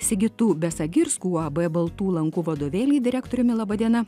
sigitu besagirsku uab baltų lankų vadovėlį direktoriumi laba diena